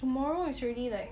tomorrow is already like